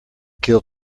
kill